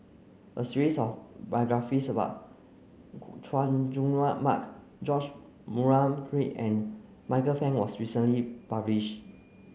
a series of biographies about Chay Jung Mark George Murray Reith and Michael Fam was recently published